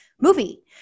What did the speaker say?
movie